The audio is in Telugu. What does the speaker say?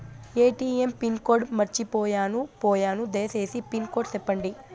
ఎ.టి.ఎం పిన్ కోడ్ మర్చిపోయాను పోయాను దయసేసి పిన్ కోడ్ సెప్పండి?